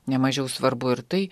nemažiau svarbu ir tai